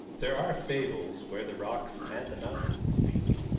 there are fables where the rocks and the mountains speak.